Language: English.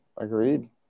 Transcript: Agreed